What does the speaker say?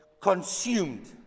consumed